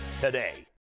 today